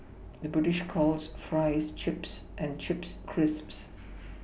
the British calls Fries Chips and Chips Crisps